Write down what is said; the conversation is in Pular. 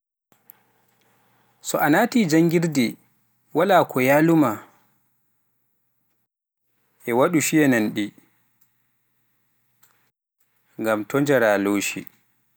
so a naati janngirde waala ko yaalu maa, waɗki shiiya nanki, ngam so njara loshi.